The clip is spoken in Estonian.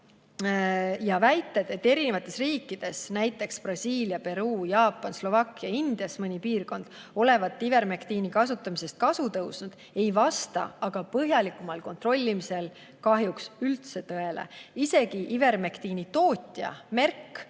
saa. Väited, et eri riikides – näiteks Brasiilia, Peruu, Jaapan, Slovakkia, Indias mõni piirkond – olevat ivermektiini kasutamisest kasu tõusnud, ei vasta põhjalikumal kontrollimisel kahjuks üldse tõele. Isegi ivermektiini tootja Merck